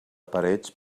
parets